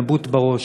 נבוט בראש.